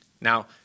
Now